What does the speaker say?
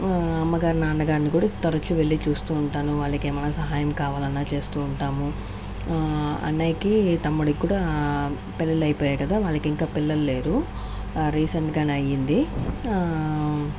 అమ్మగారిని నాన్నగారిని కూడా తరచూ వెళ్లి చూస్తూ ఉంటాను వాళ్లకి ఏమైనా సహాయం కావాలన్నా చేస్తూ ఉంటాము అన్నయ్యకి తమ్ముడికి కూడా పెళ్లిళ్లు అయిపోయాయి కదా వాళ్ళకి ఇంకా పిల్లలు లేరు రీసెంట్గానే అయింది